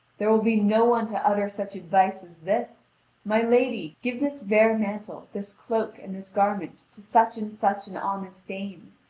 there will be no one to utter such advice as this my lady, give this vair mantle, this cloak, and this garment to such and such an honest dame!